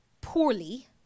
poorly